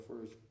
first